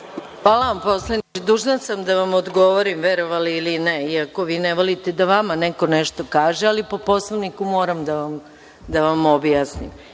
Hvala vam poslaniče. Dužna sam da vam odgovorim, verovali ili ne, iako vi ne volite da vama neko nešto kaže, ali po Poslovniku moram da vam objasnim,